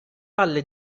palle